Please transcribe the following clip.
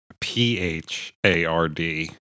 P-H-A-R-D